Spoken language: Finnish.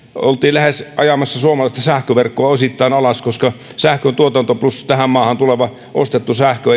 oltiin ajamassa suomalaista sähköverkkoa osittain lähes alas koska sähköntuotanto plus tähän maahan tuleva ostettu sähkö